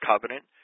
covenant